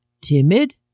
timid